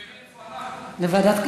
כלכלה.